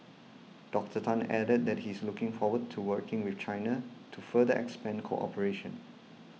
Doctor Tan added that he is looking forward to working with China to further expand cooperation